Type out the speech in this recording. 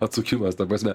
atsukimas ta prasme